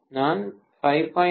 நான் 5